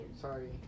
Sorry